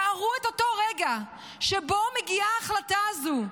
תארו את אותו רגע שבו מגיעה ההחלטה הזו,